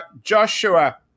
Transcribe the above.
Joshua